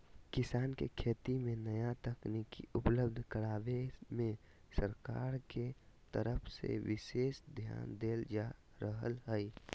किसान के खेती मे नया तकनीक उपलब्ध करावे मे सरकार के तरफ से विशेष ध्यान देल जा रहल हई